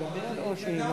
התקדמתם.